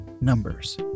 numbers